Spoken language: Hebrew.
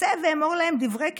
"צא ואמור להם דברי כיבושים.